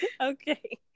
Okay